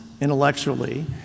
intellectually